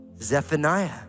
Zephaniah